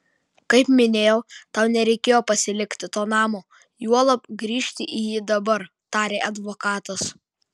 kaip minėjau tau nereikėjo pasilikti to namo juolab grįžti į jį dabar tarė advokatas